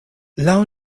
laŭ